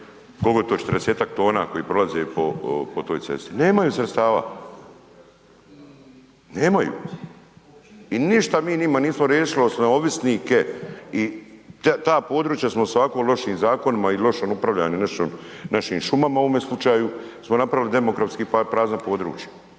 tona, a koji prolaze po toj cesti. Nemaju sredstava, nemaju i ništa mi njima nismo riješili osim …/nerazumljivo/… i ta područjima smo sa ovako lošim zakonima i lošom upravljanju našom, našim šumama, u ovome slučaju smo napravili demografski prazna područja